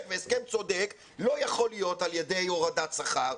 והסכם צודק לא יכול להיות על ידי הורדת שכר,